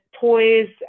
toys